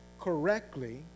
correctly